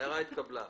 ההערה התקבלה.